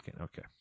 Okay